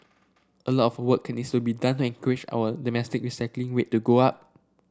a lot of work needs to be done to encourage our domestic recycling rate to go up